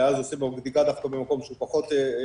ואז הוא עושה בדיקה דווקא במקום שהוא פחות קריטי.